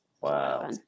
wow